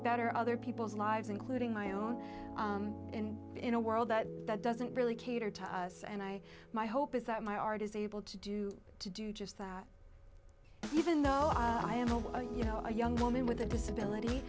better other people's lives including my own and in a world that that doesn't really cater to us and i my hope is that my art is able to do to do just that even though i am a you know a young woman with a disability